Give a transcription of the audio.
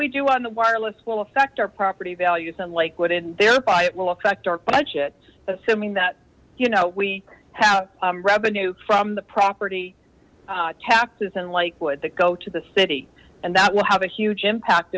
we do on the wireless will affect our property values in lakewood and thereby it will affect our budget assuming that you know we have revenue from the property taxes in lakewood that go to the city and that will have a huge impact